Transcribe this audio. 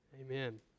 Amen